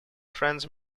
franz